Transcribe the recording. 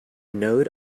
node